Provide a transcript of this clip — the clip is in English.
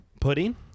pudding